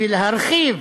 ולהרחיב,